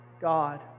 God